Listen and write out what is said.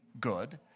good